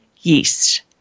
yeast